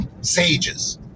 sages